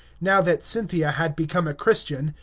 now that cynthia had become a christian,